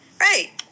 Right